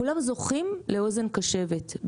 כולם זוכים לאוזן קשבת,